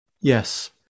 Yes